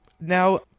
Now